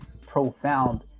profound